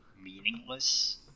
meaningless